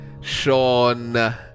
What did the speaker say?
Sean